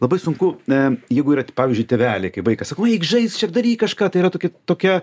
labai sunku aaa jeigu yra pavyzdžiui tėveliai kai vaikas sakau eik žaisk čia daryk kažką tai yra tokia tokia